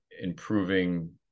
improving